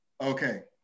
Okay